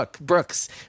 Brooks